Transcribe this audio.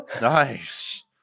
Nice